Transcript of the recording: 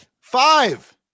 five